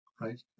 right